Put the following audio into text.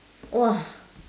!wah!